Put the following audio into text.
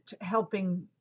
helping